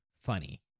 funny